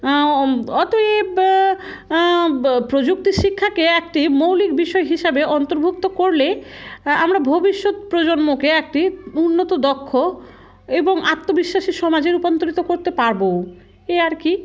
অতএব প্রযুক্তি শিক্ষাকে একটি মৌলিক বিষয় হিসাবে অন্তর্ভুক্ত করলে আমরা ভবিষ্যৎ প্রজন্মকে একটি উন্নত দক্ষ এবং আত্মবিশ্বাসী সমাজে রূপান্তরিত করতে পারব এই আর কি